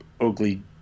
ugly